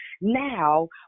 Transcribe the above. now